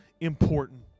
important